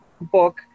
book